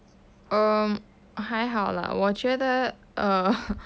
um 还好啦我觉得:hai hao lah wo jue de err